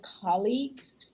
colleagues